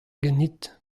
ganit